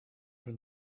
from